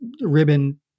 ribbon